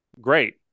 great